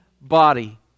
body